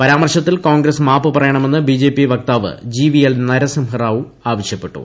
പരാമർശത്തിൽ കോൺഗ്രസ് മാപ്പ് പറയണമെന്ന് B J P വക്താവ് ജി വി എൽ നരസിംഹറാവു ആവശ്യപ്പെട്ടു